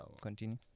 continue